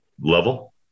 level